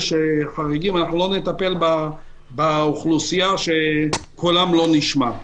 שחריגים אנחנו לא נטפל באוכלוסייה שקולה לא נשמע.